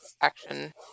action